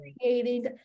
creating